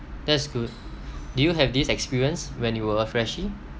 that's good do you have this experience when you were a freshie